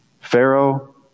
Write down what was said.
Pharaoh